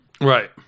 Right